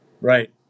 Right